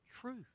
truth